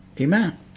Amen